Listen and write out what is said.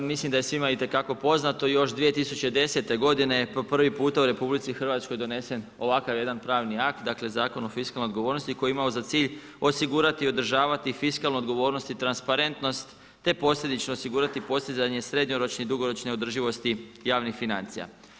Mislim da je svima itekako poznato još 2010. godine je po prvi puta u RH donesen ovakav jedan pravni akt, dakle Zakon o fiskalnoj odgovornosti koji je imao za cilj osigurati i održavati fiskalnu odgovornost i transparentnost te posljedično osigurati postizanje srednjoročne i dugoročne održivosti javnih financija.